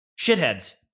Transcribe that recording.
shitheads